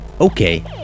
okay